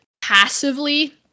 passively